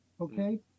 okay